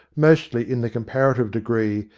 mostly in the comparative degree,